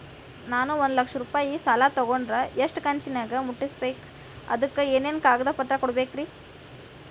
ನಾನು ಒಂದು ಲಕ್ಷ ರೂಪಾಯಿ ಸಾಲಾ ತೊಗಂಡರ ಎಷ್ಟ ಕಂತಿನ್ಯಾಗ ಮುಟ್ಟಸ್ಬೇಕ್, ಅದಕ್ ಏನೇನ್ ಕಾಗದ ಪತ್ರ ಕೊಡಬೇಕ್ರಿ?